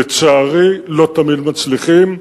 לצערי, לא תמיד מצליחים.